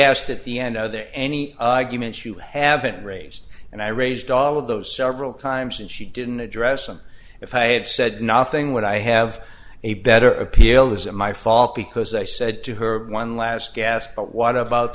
asked at the end of the any arguments you haven't raised and i raised all of those several times and she didn't address them if i had said nothing would i have a better appeal is it my fault because i said to her one last gasp but what about